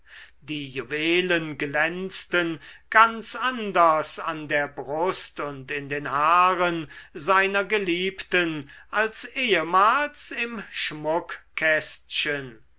die juwelen glänzten ganz anders an der brust und in den haaren seiner geliebten als ehemals im schmuckkästchen